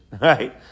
right